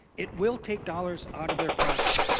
it will take dollars out of their pocket.